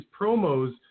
promos